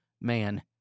man